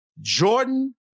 Jordan